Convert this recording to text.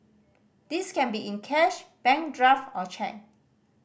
this can be in cash bank draft or cheque